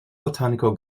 botanical